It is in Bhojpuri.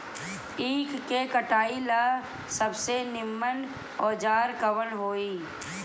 ईख के कटाई ला सबसे नीमन औजार कवन होई?